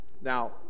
Now